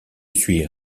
suis